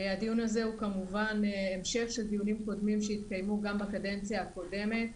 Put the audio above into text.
הדיון הזה הוא כמובן המשך של דיונים קודמים שהתקיימו גם בקדנציה הקודמת.